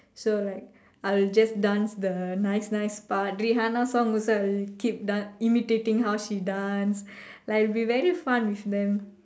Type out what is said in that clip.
so like I will just dance the nice nice part Rihanna songs also I'll keep dance imitating how she dance like will be very fun with them